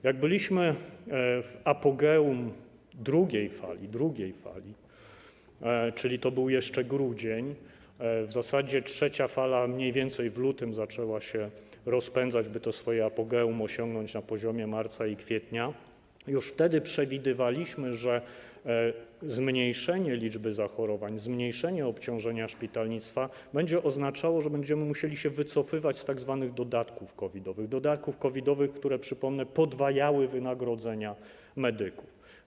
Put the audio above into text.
Jak byliśmy w apogeum drugiej fali, czyli to był jeszcze grudzień, w zasadzie trzecia fala mniej więcej w lutym zaczęła się rozpędzać, by to swoje apogeum osiągnąć na poziomie marca i kwietnia, już wtedy przewidywaliśmy, że zmniejszenie liczby zachorowań, zmniejszenie obciążenia szpitalnictwa będzie oznaczało, że będziemy musieli się wycofywać z tzw. dodatków COVID-owych, dodatków COVID-owych, które, przypomnę, podwajały wynagrodzenia medyków.